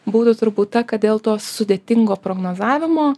būtų turbūt ta kad dėl to sudėtingo prognozavimo